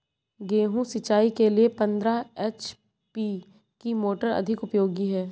गेहूँ सिंचाई के लिए पंद्रह एच.पी की मोटर अधिक उपयोगी है?